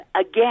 again